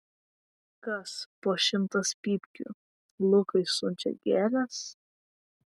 kas po šimtas pypkių lukui siunčia gėles